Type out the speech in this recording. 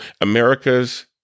America's